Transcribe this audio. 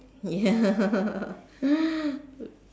ya